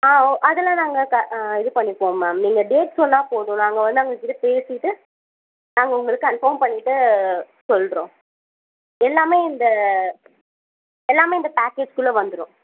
ஆ ஓ அதெலாம் நாங்கள் க ஆ இது பண்ணிப்போம் மேம் நீங்கள் டேட் சொன்னால் போதும் நாங்கள் வந்து அவங்ககிட்ட பேசிட்டு நாங்கள் உங்களுக்கு கன்ஃபார்ம் பண்ணிட்டு சொல்கிறோம் எல்லாமே இந்த எல்லாமே இந்த பேக்கேஜ்க்குள்ள வந்துடும்